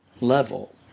level